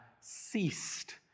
ceased